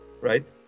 right